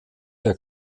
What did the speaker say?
der